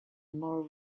more